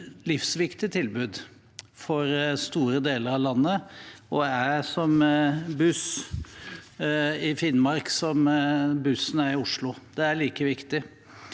livsviktig tilbud for store deler av landet. De er for Finnmark det som bussen er for Oslo – det er like viktig.